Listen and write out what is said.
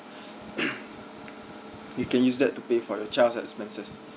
you can use that to pay for your child's expenses